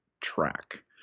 track